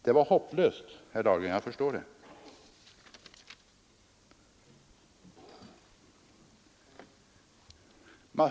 Det var hopplöst, herr Dahlgren, jag förstår det.